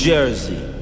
Jersey